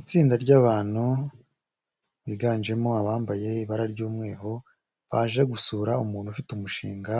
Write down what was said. Itsinda ry'abantu biganjemo abambaye ibara ry'umweru, baje gusura umuntu ufite umushinga